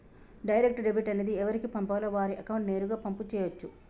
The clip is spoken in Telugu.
డైరెక్ట్ డెబిట్ అనేది ఎవరికి పంపాలో వారి అకౌంట్ నేరుగా పంపు చేయచ్చు